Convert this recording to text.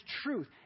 truth